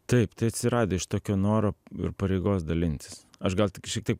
taip tai atsirado iš tokio noro ir pareigos dalintis aš gal tik šiek tiek